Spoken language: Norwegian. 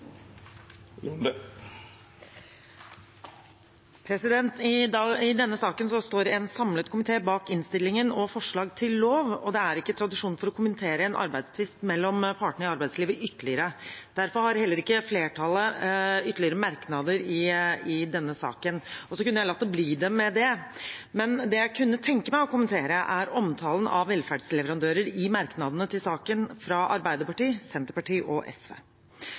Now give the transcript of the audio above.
I denne saken står en samlet komité bak forslaget til vedtak til lov i innstillingen. Det er ikke tradisjon for å kommentere en arbeidstvist mellom partene i arbeidslivet ytterligere. Derfor har heller ikke flertallet ytterligere merknader i denne saken. Så kunne jeg latt det bli med det, men det jeg kunne tenke meg å kommentere, er omtalen av velferdsleverandører i merknadene til saken fra Arbeiderpartiet, Senterpartiet og SV.